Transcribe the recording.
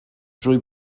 trwy